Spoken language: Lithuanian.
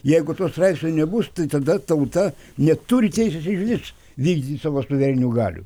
jeigu to straipsnio nebus tai tada tauta neturi teisės išvis vykdyt savo suverenių galių